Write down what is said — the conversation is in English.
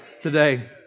today